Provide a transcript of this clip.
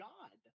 God